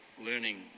learning